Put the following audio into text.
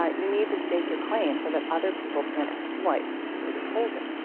ah you need to stake your claim so that other people can't exploit what you're holding